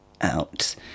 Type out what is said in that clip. out